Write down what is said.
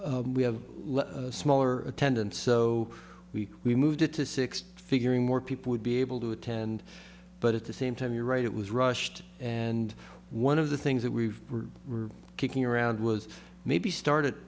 we have a smaller attendance so we we moved it to six figuring more people would be able to attend but at the same time you're right it was rushed and one of the things that we were kicking around was maybe started